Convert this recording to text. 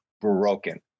broken